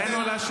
תן לו להשיב,